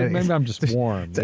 and maybe i'm just warm.